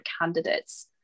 candidates